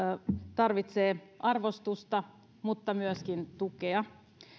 tarvitsee arvostusta mutta myöskin tukea